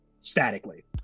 statically